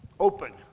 Open